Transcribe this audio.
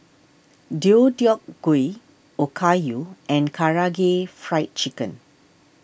Deodeok Gui Okayu and Karaage Fried Chicken